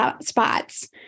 spots